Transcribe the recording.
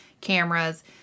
cameras